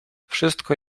wszystko